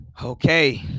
Okay